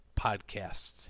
podcasts